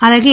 అలాగే